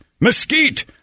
mesquite